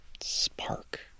spark